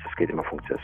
atsiskaitymo funkcijas